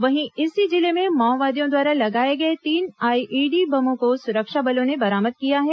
वहीं इसी जिले में माओवादियों द्वारा लगाए गए तीन आईईडी बमों को सुरक्षा बलों ने बरामद किया है